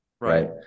Right